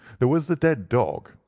there was the dead dog,